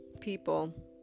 people